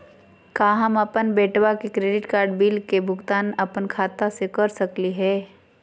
का हम अपन बेटवा के क्रेडिट कार्ड बिल के भुगतान अपन खाता स कर सकली का हे?